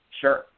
Sure